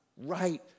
right